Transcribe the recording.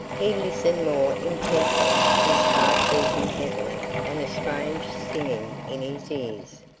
he listened more intently, his heart beating heavily, and a strange singing in his ears.